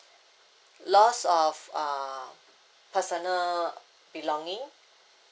lost of err personal belonging